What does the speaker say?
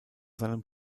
seinem